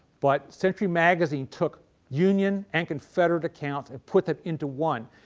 but, century magazine took union and confederate accounts and put them into one.